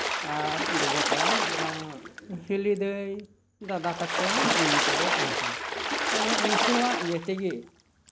ᱟᱨ ᱜᱚᱜᱚ ᱯᱟᱨᱚᱢ ᱦᱤᱞᱤᱫᱟᱹᱭ ᱫᱟᱫᱟ ᱛᱟᱠᱚ ᱱᱩᱠᱩᱠᱚ ᱛᱟᱦᱮᱸ ᱠᱟᱱᱟ ᱟᱫᱚ ᱩᱱᱠᱩᱣᱟᱜ ᱤᱭᱟᱹ ᱛᱮᱜᱮ